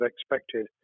expected